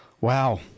Wow